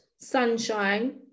sunshine